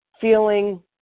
feeling